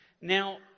Now